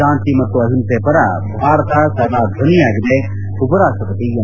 ಶಾಂತಿ ಮತ್ತು ಅಹಿಂಸೆ ಪರ ಭಾರತ ಸದಾ ಧ್ವನಿಯಾಗಿದೆ ಉಪರಾಷ್ಟಪತಿ ಎಂ